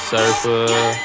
Surfer